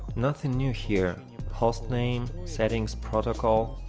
nothing new here. host name, settings protocol.